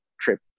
trip